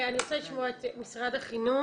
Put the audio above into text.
אני רוצה לשמוע את משרד החינוך.